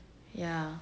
ya